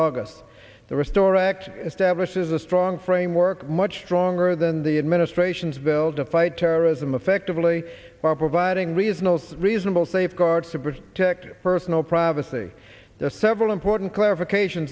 august the restore act establishes a strong framework much stronger than the administration's bill to fight terrorism affectively by providing reasonable reasonable safeguards to protect personal privacy the several important clarification